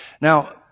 Now